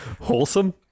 wholesome